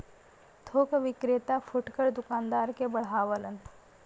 थोक विक्रेता फुटकर दूकानदार के बढ़ावलन